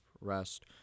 rest